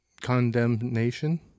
condemnation